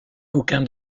aucun